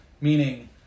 Meaning